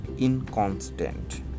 inconstant